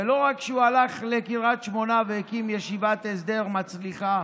ולא רק שהוא הלך לקריית שמונה והקים ישיבת הסדר מצליחה